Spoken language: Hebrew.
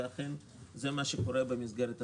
ואכן זה מה שקורה במסגרת התוכנית.